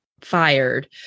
fired